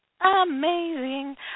amazing